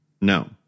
No